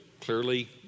clearly